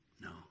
No